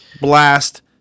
blast